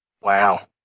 wow